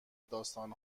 داستان